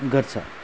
गर्छ